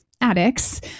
addicts